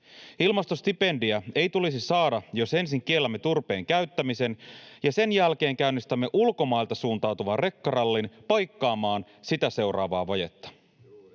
Ilmastostipendiä ei tulisi saada, jos ensin kiellämme turpeen käyttämisen ja sen jälkeen käynnistämme ulkomailta suuntautuvan rekkarallin paikkaamaan siitä seuraavaa vajetta.